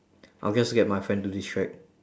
I'll just get my friend to distract